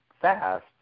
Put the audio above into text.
fast